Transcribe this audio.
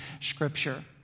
Scripture